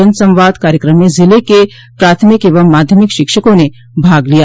जन संवाद कार्यक्रम में जिले के प्राथमिक एवं माध्यमिक शिक्षकों ने भाग लिया